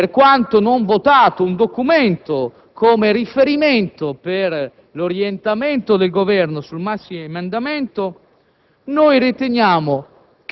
che depositerà, per quanto non votato, un documento come riferimento per l'orientamento del Governo sul maxiemendamento,